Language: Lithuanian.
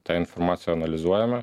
tą informaciją analizuojame